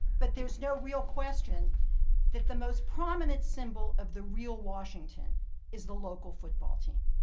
but there's no real question that the most prominent symbol of the real washington is the local football team.